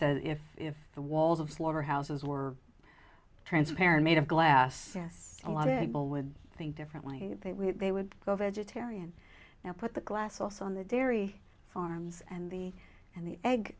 said if the walls of slaughterhouses were transparent made of glass a lot of people would think differently they would they would go vegetarian now put the glass also on the dairy farms and the and the egg